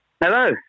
Hello